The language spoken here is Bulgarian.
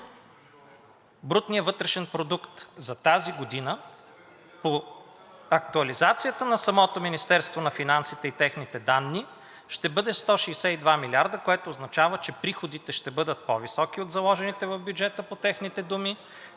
Брутният вътрешен продукт за тази година по актуализацията на самото Министерство на финансите и техните данни ще бъде 162 милиарда, което означава, че приходите ще бъдат по-високи от заложените в бюджета по техните думи,